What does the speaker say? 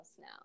now